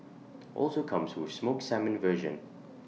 also comes with smoked salmon version